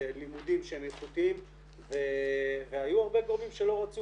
בלימודים שהם איכותיים והיו הרבה גורמים שלא רצו,